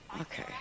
Okay